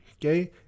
okay